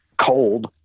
cold